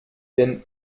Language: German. den